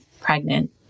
pregnant